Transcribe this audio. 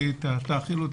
תאכילו,